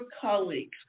colleagues